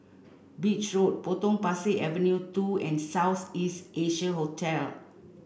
Beach Road Potong Pasir Avenue two and South East Asia Hotel